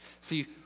See